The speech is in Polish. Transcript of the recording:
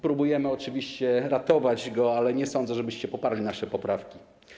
Próbujemy oczywiście ratować go, ale nie sądzę, żebyście poparli nasze poprawki.